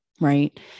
Right